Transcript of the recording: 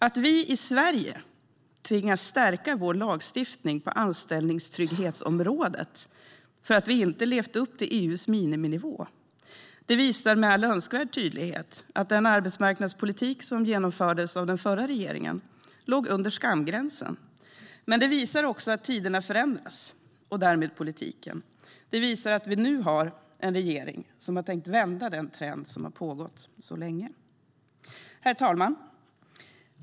Att vi i Sverige tvingas stärka vår lagstiftning på anställningstrygghetsområdet för att vi inte har levt upp till EU:s miniminivå visar med all önskvärd tydlighet att den arbetsmarknadspolitik som genomfördes av den förra regeringen låg under skamgränsen. Men det visar också att tiderna förändras och därmed politiken. Det visar att vi nu har en regering som har tänkt vända den trend som pågått så länge. Herr talman!